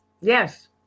Yes